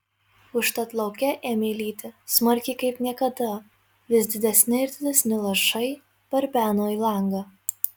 užtat lauke ėmė lyti smarkiai kaip niekada vis didesni ir didesni lašai barbeno į langą